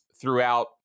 throughout